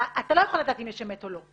ואתה לא יכול לדעת אם יש אמת או לא,